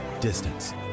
Distance